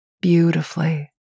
beautifully